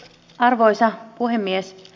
arvoisa puhemies